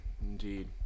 Indeed